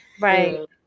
right